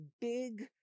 big